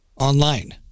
online